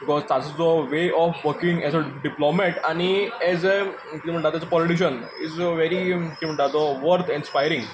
because ताचो जो way of working as a diplomat आनी एज अ कितें म्हणटा तो as a politician is very कितें म्हणटा तो वर्थ एन्ड इन्स्पायरिंग